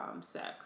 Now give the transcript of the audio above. sex